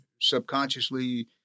Subconsciously